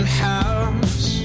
house